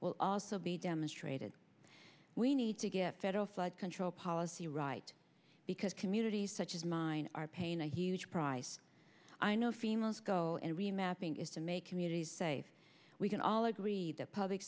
will also be demonstrated we need to get federal flood control policy right because communities such as mine are pain a huge price i know females go and remapping is to make communities safe we can all agree that public